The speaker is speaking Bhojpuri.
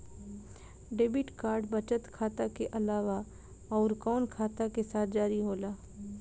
डेबिट कार्ड बचत खाता के अलावा अउरकवन खाता के साथ जारी होला?